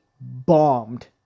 bombed